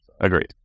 agreed